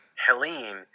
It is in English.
Helene